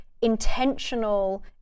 intentional